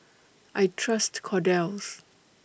I Trust Kordel's